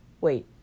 wait